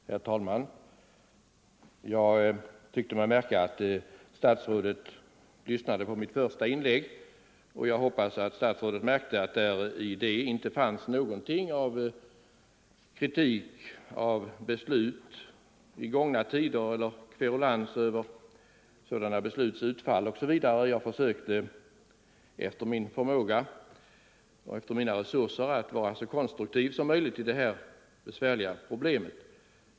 Herr talman! Jag tyckte mig se att statsrådet lyssnade på mitt första inlägg, och jag hoppas att statsrådet märkte att i det inte fanns något av kritik mot beslut i gångna tider eller kverulans över sådana besluts utfall osv. Jag försökte efter min förmåga och efter mina resurser att vara så konstruktiv som möjligt när det gäller detta besvärliga problem.